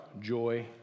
joy